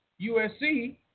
USC